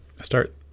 start